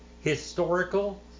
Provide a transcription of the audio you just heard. historical